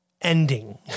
ending